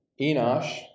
Enosh